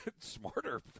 Smarter